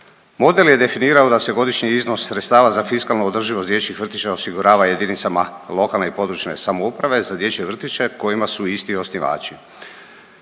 Model je definirao da se godišnji iznos sredstava za fiskalnu održivost dječjih vrtića osigurava jedinicama lokalne i područne samouprave za dječje vrtiće kojima su isti osnivači.